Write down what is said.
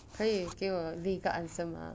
可以给我另一个 answer mah